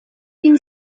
一些